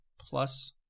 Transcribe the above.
Plus